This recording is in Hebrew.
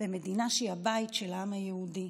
במדינה שהיא הבית של העם היהודי.